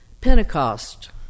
Pentecost